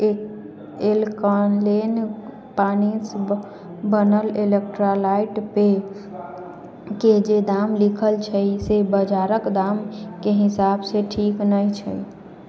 alkaline पानिस बनल electrolyte पेयके जे दाम लिखल छै से बजारके दामके हिसाबसँ ठीक नहि छै